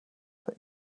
but